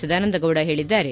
ಸದಾನಂದಗೌಡ ಹೇಳಿದ್ದಾರೆ